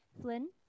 Flynn